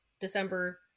December